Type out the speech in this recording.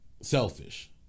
selfish